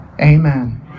amen